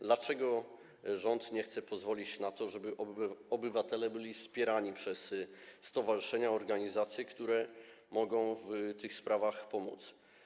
Dlaczego rząd nie chce pozwolić na to, żeby obywatele byli wspierani przez stowarzyszenia, organizacje, które mogą w tych sprawach pomóc?